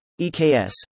EKS